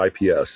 IPS